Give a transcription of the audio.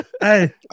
Hey